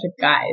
guys